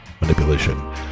Manipulation